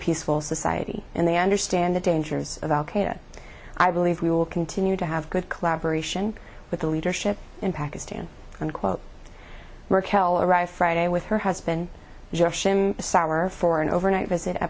peaceful society and they understand the dangers of al qaeda i believe we will continue to have good collaboration with the leadership in pakistan unquote raquel arrive friday with her husband jeff shim sour for an overnight visit